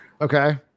Okay